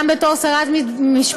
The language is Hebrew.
גם בתור שרת המשפטים,